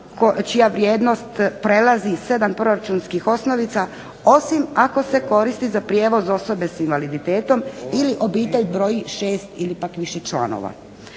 čija vrijednost prelazi 7 proračunskih osnovica osim ako se koristi za prijevoz osobe sa invaliditetom ili obitelj broji 6 ili pak više članova.